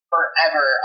forever